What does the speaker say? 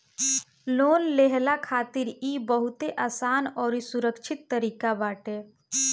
loan लेहला खातिर इ बहुते आसान अउरी सुरक्षित तरीका बाटे